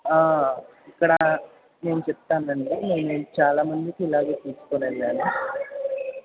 ఇక్కడ నేను చెప్తానండీ నేను చాలా మందికి ఇలాగే తీసుకుని వెళ్ళాను